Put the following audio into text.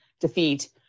defeat